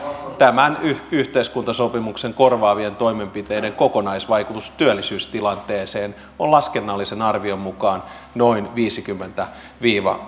tämän yhteiskuntasopimuksen korvaavien toimenpiteiden kokonaisvaikutus työllisyystilanteeseen on laskennallisen arvion mukaan noin viisikymmentätuhatta viiva